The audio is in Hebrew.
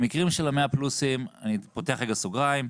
במקרים של ה-100 פלוסים, אני פותח רגע סוגריים,